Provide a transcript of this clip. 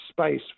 space